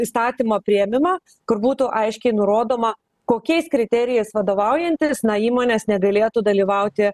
įstatymo priėmimą kur būtų aiškiai nurodoma kokiais kriterijais vadovaujantis na įmonės negalėtų dalyvauti